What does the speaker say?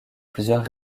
plusieurs